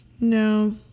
No